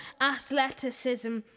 athleticism